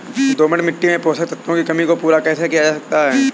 दोमट मिट्टी में पोषक तत्वों की कमी को पूरा कैसे किया जा सकता है?